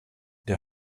der